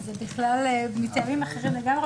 זה בגלל מטעמים אחרים לגמרי,